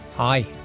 Hi